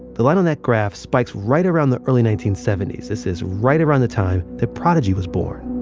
the line on that graph spikes right around the early nineteen seventy s. this is right around the time that prodigy was born